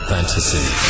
Fantasy